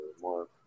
more